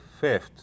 fifth